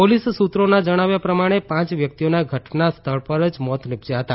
police સૂત્રોના જણાવ્યા પ્રમાણે પાંચ વ્યક્તિઓના ઘટના સ્થળ પર જ મોત નીપજ્યા હતા